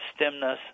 stemness